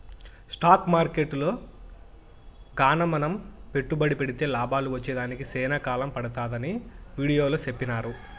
stock మార్కెట్టులో గాన మనం పెట్టుబడి పెడితే లాభాలు వచ్చేదానికి సేనా కాలం పడతాదని వీడియోలో సెప్పినారు